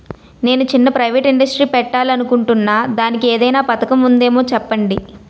నేను చిన్న private industry పెట్టాలి అనుకుంటున్నా దానికి ఏదైనా పథకం ఉందేమో చెప్పండి?